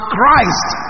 Christ